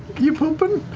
you pooping?